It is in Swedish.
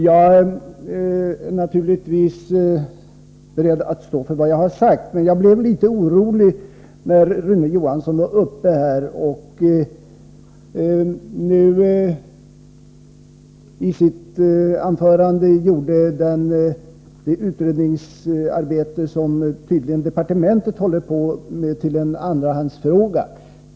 Jag är naturligtvis beredd att stå för vad jag har sagt, men jag blev litet orolig när Rune Johansson i sitt anförande gjorde det utredningsarbete som departementet tydligen håller på med till en andrahandsfråga.